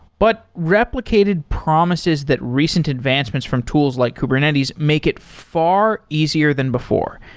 but replicated promises that recent advancements from tools like kubernetes make it far easier than before,